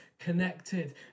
connected